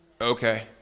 Okay